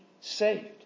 saved